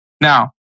Now